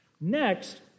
Next